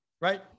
Right